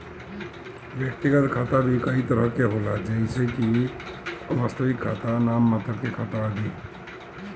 व्यक्तिगत खाता भी कई तरह के होला जइसे वास्तविक खाता, नाम मात्र के खाता आदि